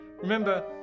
Remember